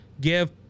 give